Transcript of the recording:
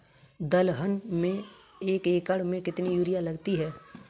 दलहन में एक एकण में कितनी यूरिया लगती है?